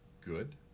good